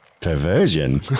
Perversion